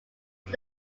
did